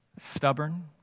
Stubborn